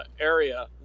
area